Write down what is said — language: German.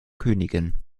königin